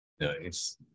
Nice